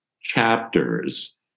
chapters